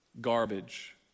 Garbage